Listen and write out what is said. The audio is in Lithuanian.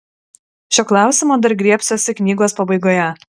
šio klausimo dar griebsiuosi knygos pabaigoje